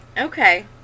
Okay